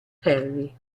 ferri